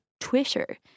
Twitter